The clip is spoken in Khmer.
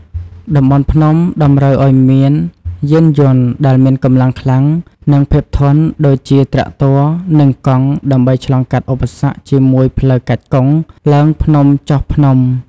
តំបន់ភ្នំតម្រូវឱ្យមានយានយន្តដែលមានកម្លាំងខ្លាំង និងភាពធន់ដូចជាត្រាក់ទ័រ និងកង់ ដើម្បីឆ្លងកាត់ឧបសគ្គជាមួយផ្លូវកាច់កុងឡើងភ្នំចុះភ្នំ។